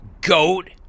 goat